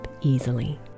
easily